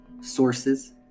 sources